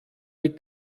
mit